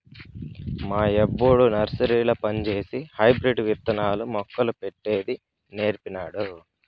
మా యబ్బొడు నర్సరీల పంజేసి హైబ్రిడ్ విత్తనాలు, మొక్కలు పెట్టేది నీర్పినాడు